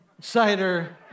cider